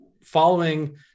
following